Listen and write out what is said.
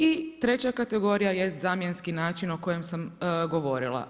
I treća kategorija jest zamjenski način o kojem sam govorila.